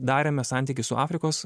darėme santykis su afrikos